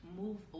move